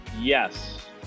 Yes